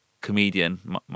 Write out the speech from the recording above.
comedian